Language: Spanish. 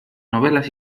novelas